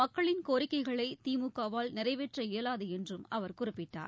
மக்களின் கோரிக்கைகளை திமுக வால் நிறைவேற்ற இயலாது என்றும் அவர் குறிப்பிட்டார்